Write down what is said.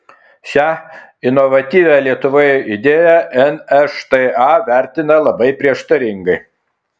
šią inovatyvią lietuvoje idėją nšta vertina labai prieštaringai